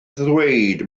ddweud